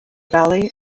valley